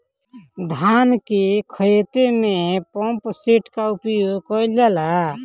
धान के ख़हेते में पम्पसेट का उपयोग कइल जाला?